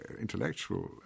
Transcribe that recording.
intellectual